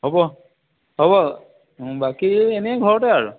হ'ব হ'ব বাকী এনেই ঘৰতে আৰু